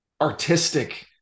artistic